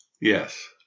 Yes